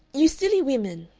you silly wimmin,